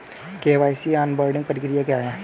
KYC onboarding प्रक्रिया क्या है?